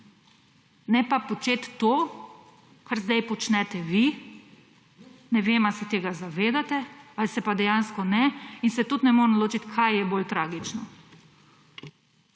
ne pa početi to kar zdaj počnete vi. Ne vem ali se tega zavedate ali se pa dejansko ne in se tudi ne morem odločiti kaj je bolj tragično.